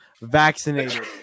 vaccinated